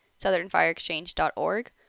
southernfireexchange.org